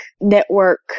network